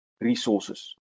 resources